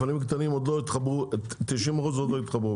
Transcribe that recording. המפעלים הקטנים עוד לא התחברו 90% עוד לא התחברו.